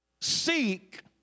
Seek